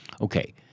Okay